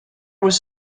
was